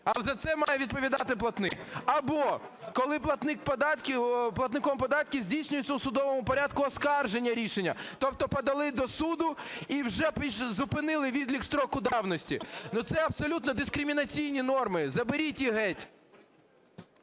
(а за це має відповідати платник), або коли платником податків здійснюється у судовому порядку оскарження рішення, тобто подали до суду - і вже зупинили відлік строку давності. Це абсолютно дискримінаційні норми, заберіть їх геть.